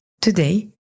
Today